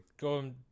Go